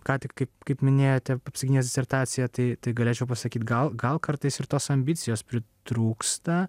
ką tik kaip kaip minėjote apsigynęs disertaciją tai tai galėčiau pasakyt gal gal kartais ir tos ambicijos pritrūksta